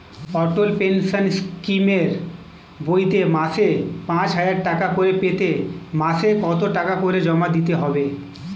অটল pension স্কিমের বইতে মাসে পাঁচ হাজার টাকা করে পেতে মাসে কত টাকা করে জমা দিতে হবে?